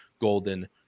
Golden